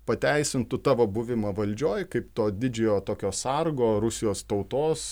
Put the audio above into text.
pateisintų tavo buvimą valdžioj kaip to didžiojo tokio sargo rusijos tautos